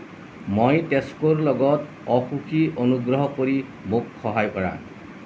মই টেস্কোৰ লগত অসুখী অনুগ্ৰহ কৰি মোক সহায় কৰা